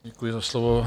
Děkuji za slovo.